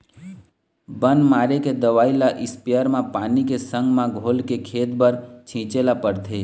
बन मारे के दवई ल इस्पेयर म पानी के संग म घोलके खेत भर छिंचे ल परथे